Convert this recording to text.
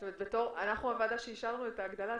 את ההגדלה,